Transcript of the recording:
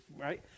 right